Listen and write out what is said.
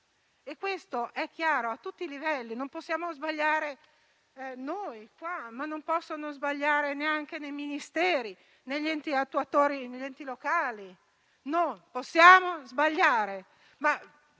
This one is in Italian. Questo è chiaro a tutti i livelli: non possiamo sbagliare noi qua, ma non possono sbagliare neanche nei Ministeri o negli enti attuatori e locali. Non possiamo sbagliare.